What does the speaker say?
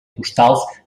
postals